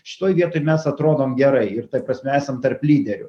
šitoj vietoj mes atrodom gerai ir ta prasme esam tarp lyderių